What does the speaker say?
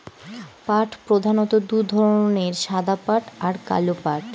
পাট প্রধানত দু ধরনের সাদা পাট আর কালো পাট